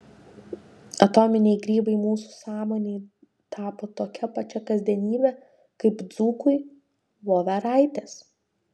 atominiai grybai mūsų sąmonei tapo tokia pačia kasdienybe kaip dzūkui voveraitės